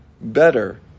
better